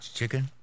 chicken